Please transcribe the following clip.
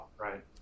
Right